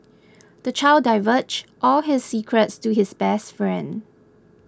the child divulged all his secrets to his best friend